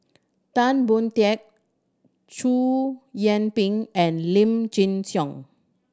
Tan Boon Teik Chow Yian Ping and Lim Chin Siong